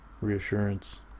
reassurance